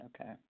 Okay